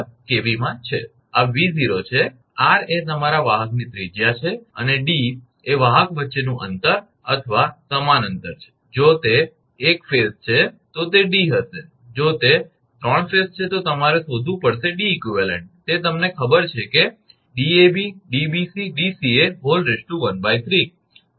s value 𝑘𝑉 માં છે આ 𝑉0 છે 𝑟 એ તમારા વાહકની ત્રિજ્યા છે અને 𝐷 એ વાહક વચ્ચેનું અંતર અથવા સમાન અંતર છે જો તે એક ફેઝ છે તો તે 𝐷 હશે જો તે 3 ફેઝ છે તો તમારે શોધવું પડશે 𝐷𝑒𝑞 તે તમને ખબર છે કે 𝐷𝑎𝑏𝐷𝑏𝑐𝐷𝑐𝑎13